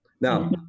Now